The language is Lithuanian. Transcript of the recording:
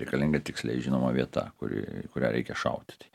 reikalinga tiksliai žinoma vieta kuri į kurią reikia šaudyti